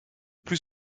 plus